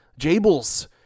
Jables